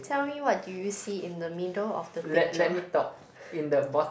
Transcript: tell me what do you see in the middle of the picture